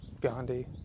Gandhi